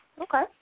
Okay